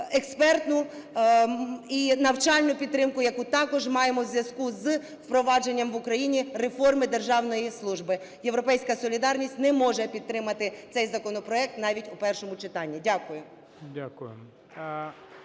експертну і навчальну підтримку, яку також маємо у зв'язку з впровадженням в Україні реформи державної служби. "Європейська солідарність" не може підтримати цей законопроект, навіть у першому читанні. Дякую.